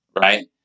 Right